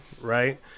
right